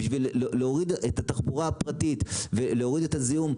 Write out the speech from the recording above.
להוריד את התחבורה הפרטית ולהוריד את הזיהום.